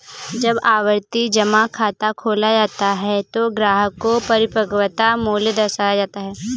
जब आवर्ती जमा खाता खोला जाता है तो ग्राहक को परिपक्वता मूल्य दर्शाया जाता है